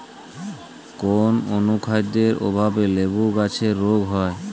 কোন অনুখাদ্যের অভাবে লেবু গাছের রোগ হয়?